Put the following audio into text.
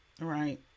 Right